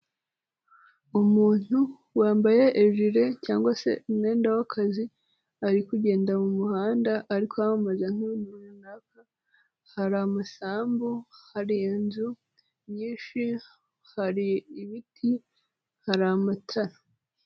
Umuntu wambaye ejire cyangwa se umwenda w'akazi, ari kugenda mu muhanda ari kwamamaza nk'ibintu runaka hari amasambu, hari inzu nyinshi, hari ibiti, hari amatara.